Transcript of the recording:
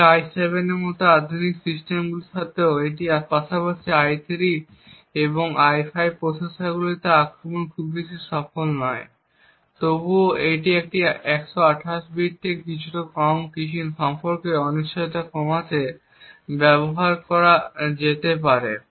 তবে i7 এর মতো আধুনিক সিস্টেমগুলির সাথে আমাদের এখানে পাশাপাশি i3 এবং i5 প্রসেসরগুলিতে আক্রমণগুলি খুব বেশি সফল নয়। তবুও এটি এখনও 128 বিট থেকে অনেক কম কিছুতে কী সম্পর্কে অনিশ্চয়তা কমাতে ব্যবহার করা যেতে পারে